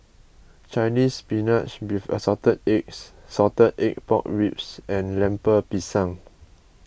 Chinese Spinach with Assorted Eggs Salted Egg Pork Ribs and Lemper Pisang